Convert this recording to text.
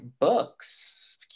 books